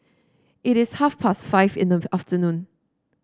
it is half past five in the afternoon